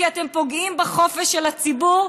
כי אתם פוגעים בחופש של הציבור,